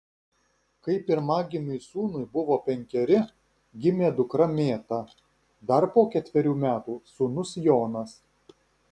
kai pirmagimiui sūnui buvo penkeri gimė dukra mėta dar po ketverių metų sūnus jonas